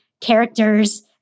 characters